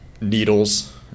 needles